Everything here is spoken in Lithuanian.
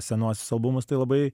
senuosius albumus tai labai